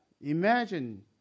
imagine